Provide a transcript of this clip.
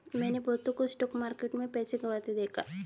मैंने बहुतों को स्टॉक मार्केट में पैसा गंवाते देखा हैं